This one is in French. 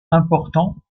important